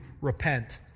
repent